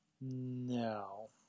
No